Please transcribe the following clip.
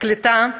קליטה,